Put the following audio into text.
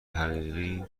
حقیقی